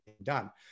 done